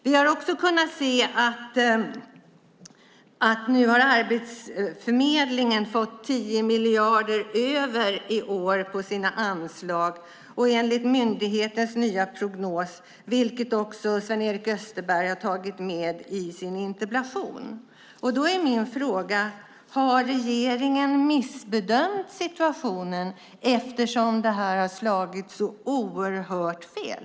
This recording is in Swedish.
Vi har också kunnat se att Arbetsförmedlingen i år har fått 10 miljarder över på sina anslag enligt myndighetens nya prognos, vilket också Sven-Erik Österberg har tagit med i sin interpellation. Min fråga är: Har regeringen missbedömt situationen eftersom det här har slagit så oerhört fel?